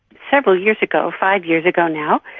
several years ago, five years ago now,